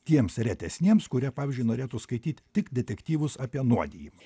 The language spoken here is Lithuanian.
tiems retesniems kurie pavyzdžiui norėtų skaityt tik detektyvus apie nuodijimą